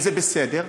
וזה בסדר.